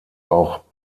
auch